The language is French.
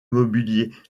mobilier